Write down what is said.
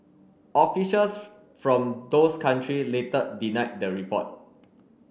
officials from those country later denied the report